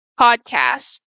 podcast